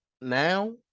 now